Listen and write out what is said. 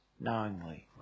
knowingly